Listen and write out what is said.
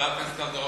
חברת הכנסת קלדרון,